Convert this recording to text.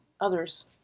others